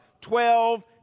twelve